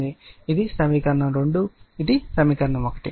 ఇది సమీకరణం 2 ఇది సమీకరణం 1